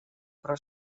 però